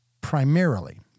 primarily